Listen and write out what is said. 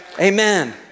Amen